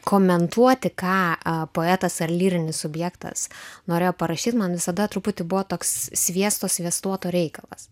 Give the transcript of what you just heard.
komentuoti ką poetas ar lyrinis subjektas norėjo parašyt man visada truputį buvo toks sviesto sviestuoto reikalas